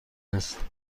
است